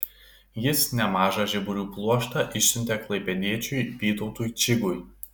jis nemažą žiburių pluoštą išsiuntė klaipėdiečiui vytautui čigui